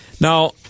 Now